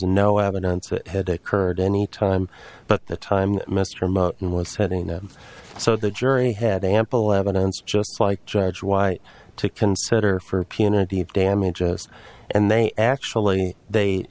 no evidence that had occurred any time but the time mr martin was setting in so the jury had ample evidence just like judge white to consider for punitive damages and they actually they